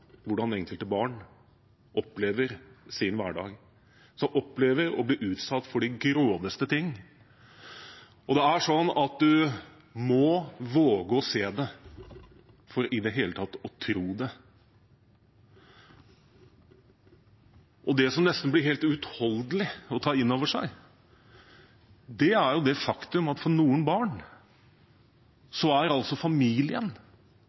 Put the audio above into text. hvordan enkelte barn opplever sin hverdag, de som opplever å bli utsatt for de groveste ting. Det er sånn at du må våge å se det for i det hele tatt å tro det. Det som nesten blir helt uutholdelig å ta inn over seg, er det faktum at for noen barn er familien,